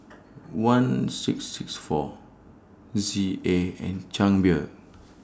one six six four Z A and Chang Beer